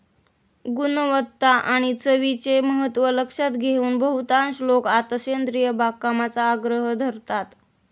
गुणवत्ता आणि चवीचे महत्त्व लक्षात घेऊन बहुतांश लोक आता सेंद्रिय बागकामाचा आग्रह धरतात